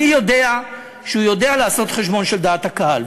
אני יודע שהוא יודע לעשות חשבון של דעת הקהל,